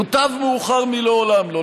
מוטב מאוחר מלעולם לא,